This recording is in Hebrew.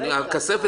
האם כשפונים לכספת